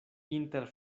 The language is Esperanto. inter